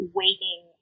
waiting